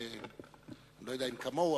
לא יודע אם כמוהו,